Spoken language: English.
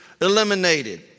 eliminated